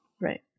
Right